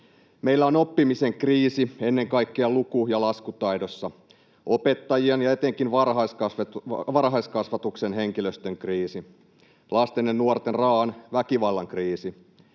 Meillä on oppimisen kriisi, ennen kaikkea luku- ja laskutaidossa, opettajien ja etenkin varhaiskasvatuksen henkilöstön kriisi sekä lasten ja nuorten raa’an väkivallan kriisi,